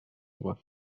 بود